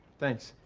thanks.